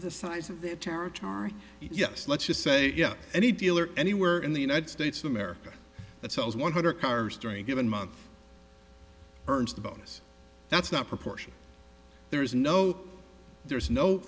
the size of their territory yes let's just say yeah any dealer anywhere in the united states of america that sells one hundred cars during a given month earns the bonus that's not proportion there's no there's no